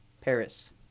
Paris